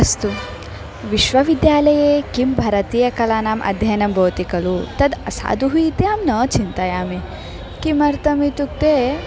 अस्तु विश्वविद्यालये किं भारतीयकलानाम् अध्ययनं भवति खलु तद् असाधुः इति अहं न चिन्तयामि किमर्थम् इत्युक्ते